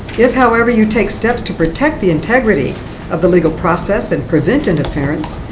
if, however, you take steps to protect the integrity of the legal process and prevent an appearance,